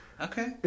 Okay